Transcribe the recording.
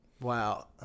Wow